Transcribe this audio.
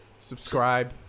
subscribe